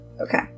okay